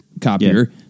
copier